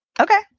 Okay